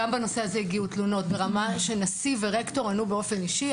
גם בנושא הזה הגיעו תלונות ברמה שנשיא ורקטור עלו באופן אישי.